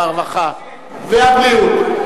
הרווחה והבריאות,